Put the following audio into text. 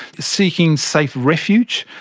seeking safe refuge,